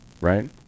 Right